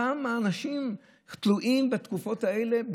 כמה אנשים תלויים בתקופות האלה?